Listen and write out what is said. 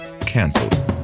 canceled